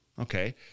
Okay